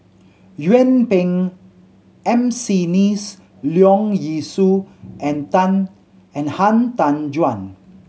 Yuen Peng M C Neice Leong Yee Soo and Tan and Han Tan Juan